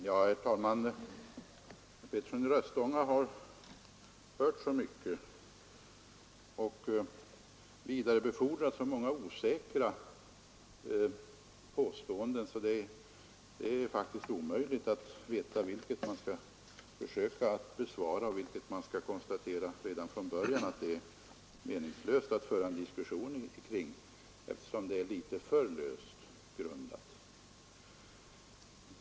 Herr talman! Herr Petersson i Röstånga har hört så mycket och vidarebefordrar så många osäkra påståenden att det faktiskt är omöjligt att veta vilka påståenden man skall försöka bemöta och vilka man skall konstatera redan från början att det är meningslöst att föra en diskussion kring — eftersom de är litet för löst grundade.